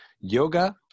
Yoga